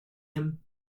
him